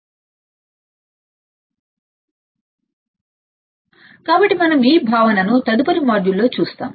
సరే కాబట్టి మనం ఈ భావనను తదుపరి మాడ్యూల్లో చూస్తాము